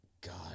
God